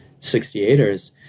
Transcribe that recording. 68ers